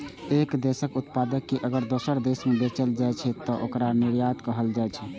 एक देशक उत्पाद कें अगर दोसर देश मे बेचल जाइ छै, तं ओकरा निर्यात कहल जाइ छै